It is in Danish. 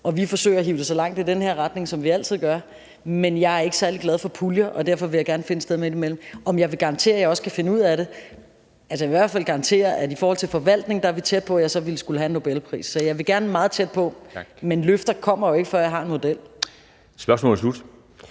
Vi forsøger at hive det så langt i den her retning, som vi altid gør, men jeg er ikke særlig glad for puljer, og derfor vil jeg gerne finde et sted midtimellem. Om jeg vil garantere, at jeg også kan finde ud af det? Altså, jeg vil i hvert fald garantere, at vi i forhold til forvaltning er tæt på, at jeg så ville skulle have en Nobelpris. Så jeg vil gerne meget tæt på, men løfter kommer jo ikke, før jeg har en model. Kl.